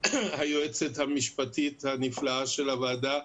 היועצת המשפטית הנפלאה של הוועדה,